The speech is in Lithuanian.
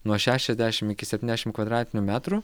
nuo šešiasdešim iki septyniasdešim kvadratinių metrų